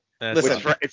Listen